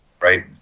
right